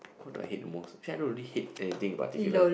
what do I hate the most actually I don't hate anything in particular